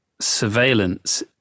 surveillance